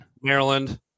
Maryland